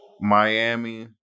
Miami